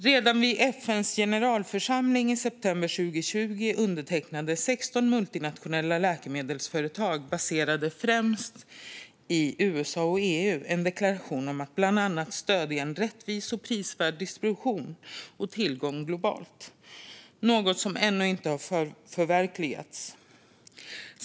Redan vid FN:s generalförsamling i september 2020 undertecknade 16 multinationella läkemedelsföretag baserade främst i USA och EU en deklaration om att bland annat stödja en rättvis och prisvärd distribution och tillgång globalt, något som ännu inte har förverkligats.